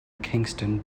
kingston